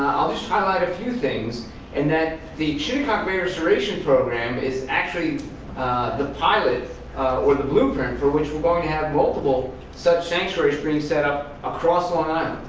i'll just highlight a few things in that the shinnecock bay restoration program is actually the pilot or the blueprint for which we're going to have multiple sub-sanctuary streams set-up across long island.